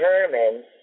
determine